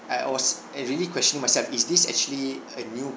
uh I was I really question myself is this actually a new